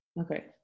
Okay